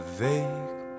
vague